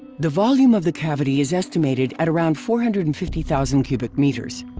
the volume of the cavity is estimated at around four hundred and fifty thousand cubic meters.